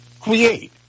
Create